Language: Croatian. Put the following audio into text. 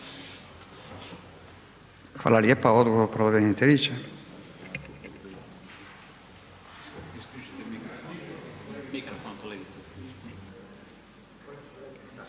Hvala lijepa. Odgovor, pravobraniteljice.